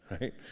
right